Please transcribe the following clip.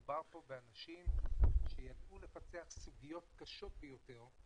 מדובר פה באנשים שידעו לפצח סוגיות קשות ביותר,